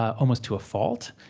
almost to a fault,